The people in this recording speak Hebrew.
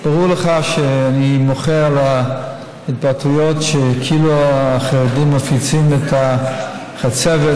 ברור לך שאני מוחה על ההתבטאויות שכאילו החרדים מפיצים את החצבת.